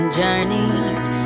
journeys